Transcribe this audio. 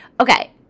Okay